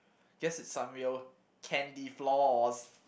guess it's some real candy-floss